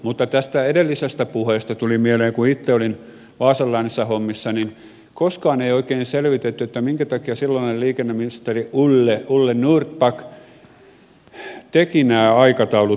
mutta tästä edellisestä puheesta tuli mieleen että kun itse olin vaasan läänissä hommissa niin koskaan ei oikein selvitetty minkä takia silloinen liikenneministeri ole norrback teki nämä aikataulut